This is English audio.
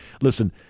listen